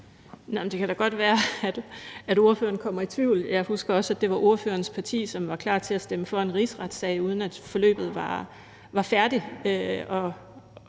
Det kan da godt være, at ordføreren kommer i tvivl. Jeg husker også, at det var ordførerens parti, som var klar til at stemme for en rigsretssag, uden at forløbet var færdigt.